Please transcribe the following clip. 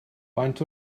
faint